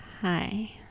hi